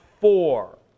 four